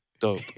dope